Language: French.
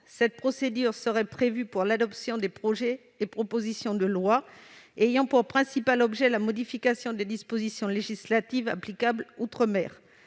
Cette procédure serait prévue pour l'adoption des projets et propositions de loi ayant pour principal objet la modification des dispositions législatives applicables outre-mer,